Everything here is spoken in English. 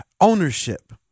ownership